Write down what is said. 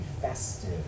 festive